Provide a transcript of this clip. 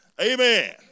Amen